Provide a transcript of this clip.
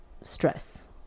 stress